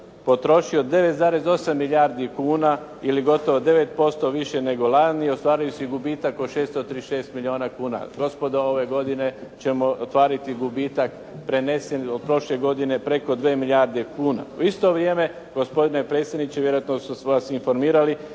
potrošio 9,8 milijardi kuna ili gotovo 9% više nego lani. Ostvario se i gubitak od 636 milijuna kuna. Gospodo, ove godine ćemo ostvariti gubitak prenesen od prošle godine, preko 2 milijarde kuna. U isto vrije gospodine predsjedniče vjerojatno su vas informirali